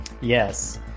Yes